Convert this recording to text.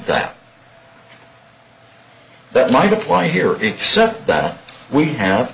that that might apply here except that we have